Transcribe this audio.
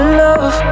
love